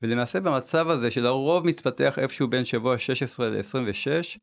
ולמעשה במצב הזה שלרוב מתפתח איפשהו בין שבוע 16 ל-26